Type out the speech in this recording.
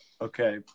Okay